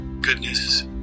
goodness